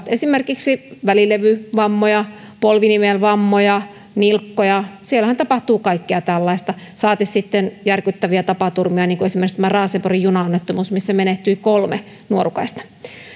esimerkiksi välilevyvammoja polvinivelvammoja nilkkoja mennyt siellähän tapahtuu kaikkea tällaista saati sitten järkyttäviä tapaturmia niin kuin esimerkiksi tämä raaseporin junaonnettomuus missä menehtyi kolme nuorukaista